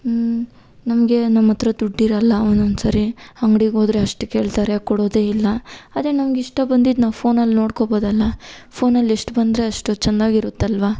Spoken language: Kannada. ನಮಗೆ ನಮ್ಮ ಹತ್ರ ದುಡ್ಡಿರಲ್ಲ ಒಂದೊಂದ್ಸರಿ ಅಂಗಡಿಗೆ ಹೋದರೆ ಅಷ್ಟು ಕೇಳ್ತಾರೆ ಕೊಡೊದೇ ಇಲ್ಲ ಅದೇ ನಮ್ಗೆ ಇಷ್ಟ ಬಂದಿದ್ದು ನಾವು ಫೋನಲ್ಲಿ ನೋಡ್ಕೊಬೋದಲ್ಲ ಫೋನಲ್ಲಿ ಎಷ್ಟು ಬಂದರೆ ಅಷ್ಟು ಚಂದಾಗಿರುತ್ತಲ್ವಾ